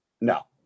No